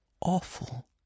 awful